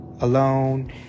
alone